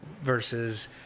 versus